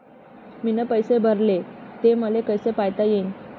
मीन पैसे भरले, ते मले कसे पायता येईन?